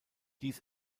dies